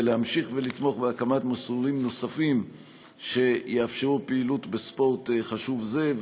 להמשיך ולתמוך בהקמת מסלולים נוספים שיאפשרו פעילות בספורט חשוב זה,